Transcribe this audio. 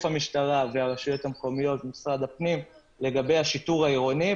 המשטרה והרשויות המקומיות ומשרד הפנים לגבי השיטור לגבי השיטור העירוני.